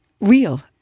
real